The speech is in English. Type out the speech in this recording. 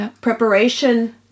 preparation